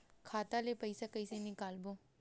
खाता ले पईसा कइसे निकालबो?